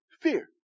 Fear